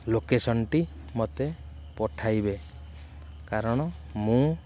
ଲୋକେସନ୍ଟି ମୋତେ ପଠାଇବେ କାରଣ ମୁଁ